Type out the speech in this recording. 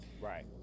Right